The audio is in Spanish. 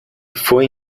fue